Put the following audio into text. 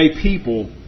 people